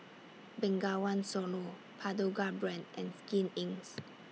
Bengawan Solo Pagoda Brand and Skin Incs